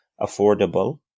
affordable